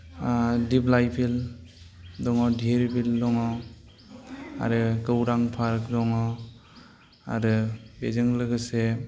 दिप्लाय बिल दङ धीर बिल दङ आरो गौरां पार्क दङ आरो बेजों लोगोसे